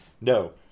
No